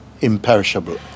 imperishable